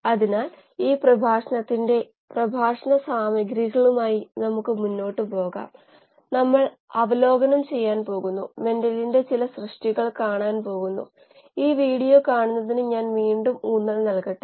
കൈപ്പത്തികൾ എതിർ ദിശകളിലേക്ക് നീങ്ങുമ്പോൾ അവലംബിക്കുന്ന ഷിയർ ബലം കാരണം പന്ത് വികലമാകുന്നു